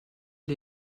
die